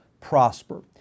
prosper